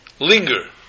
linger